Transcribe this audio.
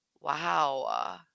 wow